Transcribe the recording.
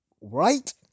Right